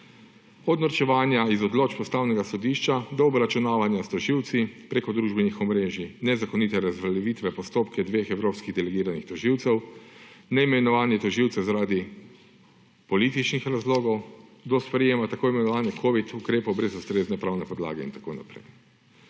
od norčevanja iz odločb Ustavnega sodišča do obračunavanja s tožilci preko družbenih omrežij, nezakonite razveljavitve postopka dveh evropskih delegiranih tožilcev, neimenovanja tožilcev zaradi političnih razlogov, do sprejetja tako imenovanih covid ukrepov brez ustrezne pravne podlage in tako naprej.